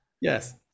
Yes